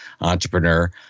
entrepreneur